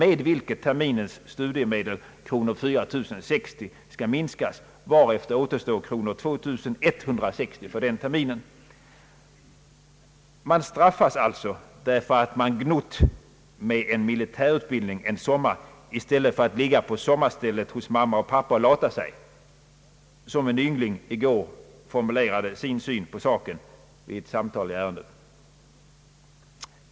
Med detta belopp skall terminens studiemedel, kronor 4060, minskas. Därefter återstår 2 160 kronor för den terminen. Den studerande straffas alltså för att han gnott med en militär utbildning en sommar i stället för att ligga på sommarstället hos mamma och pappa och lata sig, som en yngling i går formulerade sin syn på saken vid ett samtal i ärendet.